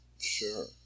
Sure